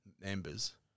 members